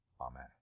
Amen